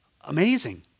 Amazing